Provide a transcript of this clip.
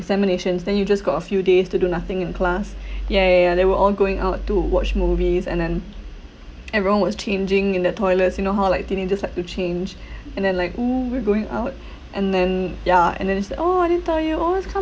examinations then you just got a few days to do nothing in class ya ya ya they were all going out to watch movies and then everyone was changing in the toilets you know how like teenagers like to change and then like !woo! we're going out and then ya and then she said oh I didn't tell you oh let's come